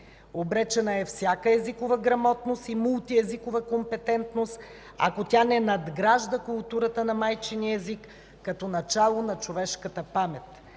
Обречена е всяка езикова грамотност и мултиезикова компетентност, ако тя не надгражда културата на майчиния език като начало на човешката памет,